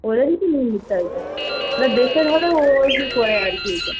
ওনারই তো মন্দিরটা ওইটা ওইটা